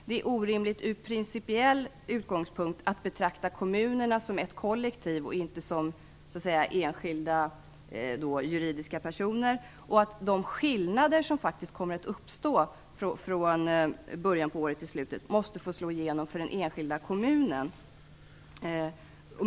Det är från principiell utgångspunkt orimligt att betrakta kommunerna som ett kollektiv och inte som enskilda juridiska personer. De skillnader som kommer att uppstå från början på året till slutet av året måste få slå igenom för den enskilda kommunen.